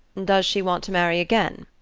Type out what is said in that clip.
does she want to marry again?